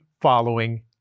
following